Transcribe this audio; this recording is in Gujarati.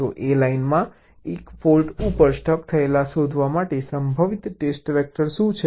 તો A લાઇનમાં 1 ફોલ્ટ ઉપર સ્ટક થયેલા શોધવા માટે સંભવિત ટેસ્ટ વેક્ટર શું છે